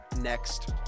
next